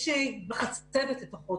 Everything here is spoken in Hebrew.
בחצבת לפחות,